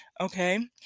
okay